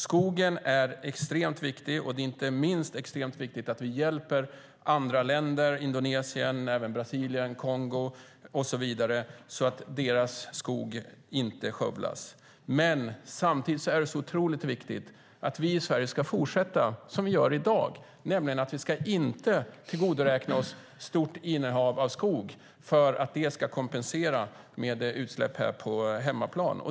Skogen är extremt viktig, och det är inte minst extremt viktigt att vi hjälper andra länder, till exempel Indonesien, Brasilien och Kongo, så att deras skog inte skövlas. Samtidigt är det otroligt viktigt att vi i Sverige ska fortsätta som vi gör i dag, nämligen att vi ska inte tillgodoräkna oss stort innehav av skog för att kompensera utsläpp på hemmaplan.